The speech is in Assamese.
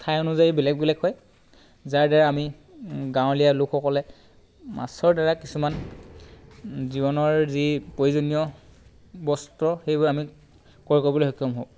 ঠাই অনুযায়ী বেলেগ বেলেগ হয় যাৰ দ্বাৰা আমি গাঁৱলীয়া লোকসকলে মাছৰ দ্বাৰা কিছুমান জীৱনৰ যি প্ৰয়োজনীয় বস্ত্ৰ সেই আমি ক্ৰয় কৰিবলৈ সক্ষম হওঁ